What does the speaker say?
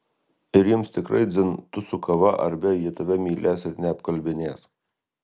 ir jiems tikrai dzin tu su kava ar be jie tave mylės ir neapkalbinės